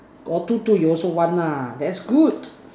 got two two you also want nah that's good